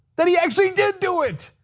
that he actually did do it.